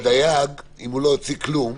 שהדייג, אם הוא לא הוציא כלום,